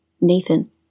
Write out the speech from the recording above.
Nathan